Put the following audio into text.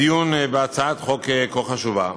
דיון בהצעת חוק כה חשובה.